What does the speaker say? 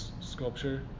sculpture